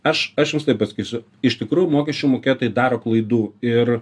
aš aš jums taip pasakysiu iš tikrųjų mokesčių mokėtojai daro klaidų ir